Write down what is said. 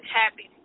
happy